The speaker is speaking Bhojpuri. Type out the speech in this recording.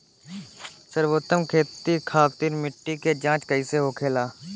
सर्वोत्तम खेती खातिर मिट्टी के जाँच कईसे होला?